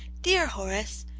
dear horace,